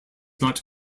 not